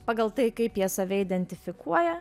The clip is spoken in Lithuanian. pagal tai kaip jie save identifikuoja